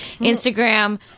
Instagram